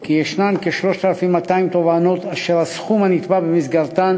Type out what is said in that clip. כי יש כ-3,200 תובענות אשר הסכום הנתבע במסגרתן